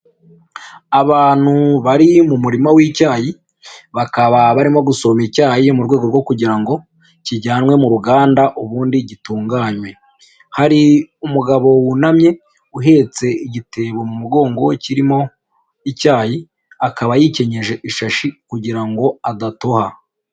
Abantu bari mu murima w'icyayi bakaba barimo gusoma icyayi, mu rwego rwo kugira ngo kijyanwe mu ruganda ubundi gitunganywe. Hari umugabo wunamye uhetse igitebo mu mugongo kirimo icyayi, akaba yikenyeje ishashi kugira ngo adatoha.